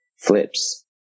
flips